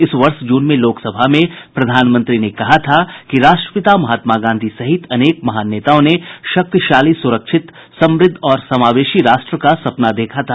इस वर्ष जून में लोकसभा में प्रधानमंत्री ने कहा था कि राष्ट्रपिता महात्मा गांधी सहित अनेक महान नेताओं ने शक्तिशाली सुरक्षित समुद्ध और समावेशी राष्ट्र का सपना देखा था